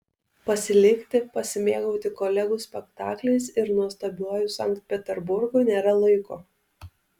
pasilikti pasimėgauti kolegų spektakliais ir nuostabiuoju sankt peterburgu nėra laiko